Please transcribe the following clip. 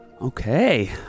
Okay